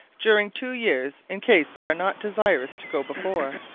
during two years, in case they are not desirous to go before,